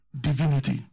divinity